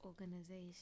organization